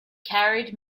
carried